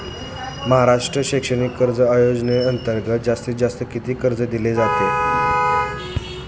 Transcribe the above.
महाराष्ट्र शैक्षणिक कर्ज योजनेअंतर्गत जास्तीत जास्त किती कर्ज दिले जाते?